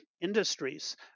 industries